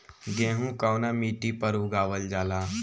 गेहूं कवना मिट्टी पर उगावल जाला?